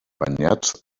acompanyats